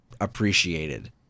appreciated